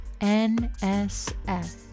NSF